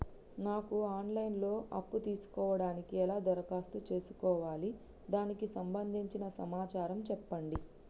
నాకు online లో అప్పు తీసుకోవడానికి ఎలా దరఖాస్తు చేసుకోవాలి దానికి సంబంధించిన సమాచారం చెప్పండి?